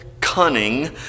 cunning